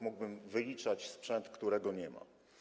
Mógłbym wyliczać sprzęt, którego nie ma.